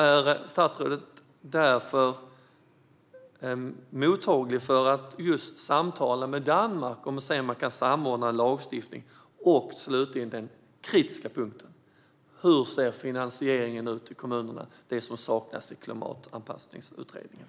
Är statsrådet mottaglig för att samtala med Danmark för att se om det går att samordna en lagstiftning? Och slutligen vill jag fråga om den kritiska punkten: Hur ser finansieringen ut till kommunerna, det som saknas i Klimatanpassningsutredningen?